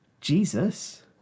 Jesus